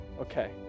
Okay